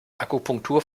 akupunktur